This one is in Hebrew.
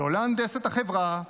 לא להנדס את החברה,